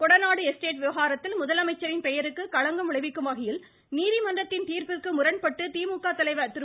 Kodanad estate விவகாரத்தில் முதலமைச்சரின் பெயருக்கு களங்கம் விளைவிக்கும் வகையில் நீதிமன்றத்தின் தீர்ப்பிற்கு முரண்பட்டு திமுக தலைவர் திரு